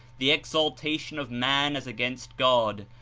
the exalta tion of man as against god,